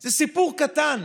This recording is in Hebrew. זה סיפור קטן,